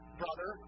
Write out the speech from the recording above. brother